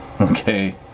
Okay